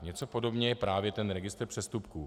Něco podobného je právě ten registr přestupků.